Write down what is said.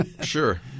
Sure